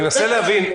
אני מנסה להבין,